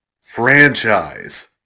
franchise